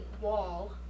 wall